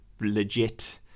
legit